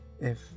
If-